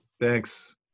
Thanks